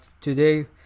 today